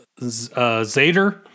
Zader